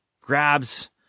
grabs